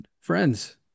friends